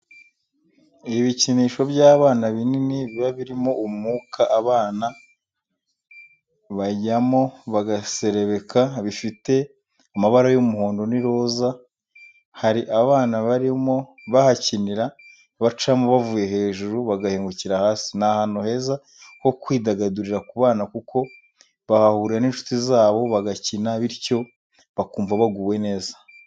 Ibikinisho by'abana binini biba birimo umwuka abana bajyamo bagaserebeka, bifite amabara y'umuhondo n'iroza hari abana barimo bahakinira bacamo bavuye hejuru bagahinguka hasi ni ahantu heza ho kwidagadurira ku bana kuko bahahurira n'inshuti zabo bagakina bityo bakumva baguwe neza.